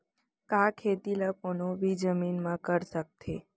का खेती ला कोनो भी जमीन म कर सकथे?